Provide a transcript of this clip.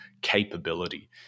capability